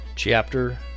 Chapter